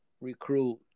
recruit